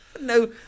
no